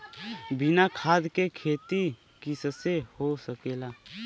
बिना खाद के खेती कइसे हो सकेला?